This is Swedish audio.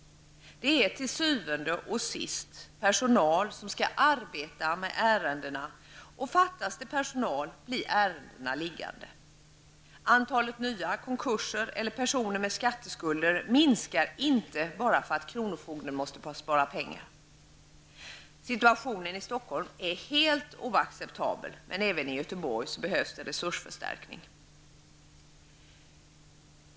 Det är till syvende og sidst personal som skall arbeta med ärendena. Om det fattas personal blir ärendena liggande. Antalet nya konkurser eller personer med skatteskulder minskar inte bara därför att kronofogden måste spara pengar. Situationen i Stockholm är helt oacceptabel, men även i Göteborg behövs resursförstärkning.